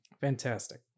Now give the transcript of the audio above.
Fantastic